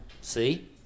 see